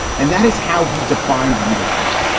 and that is how he defines leadership.